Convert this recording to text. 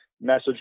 message